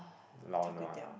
lao-nua